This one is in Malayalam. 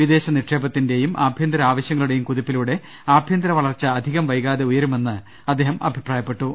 വിദേശനിക്ഷേപത്തിന്റെയും ആഭ്യന്തര ആവശ്യങ്ങ ളുടെയും കുതിപ്പിലൂടെ ആഭ്യന്തര വളർച്ച അധികം വൈകാതെ ഉയരു മെന്ന് അദ്ദേഹം അഭിപ്രായപ്പെട്ടു